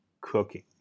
cooking